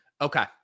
okay